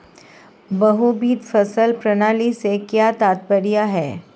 बहुविध फसल प्रणाली से क्या तात्पर्य है?